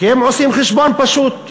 כי הם עושים חשבון פשוט: